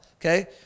Okay